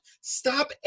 Stop